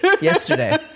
yesterday